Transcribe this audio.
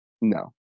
No